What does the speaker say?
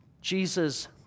Jesus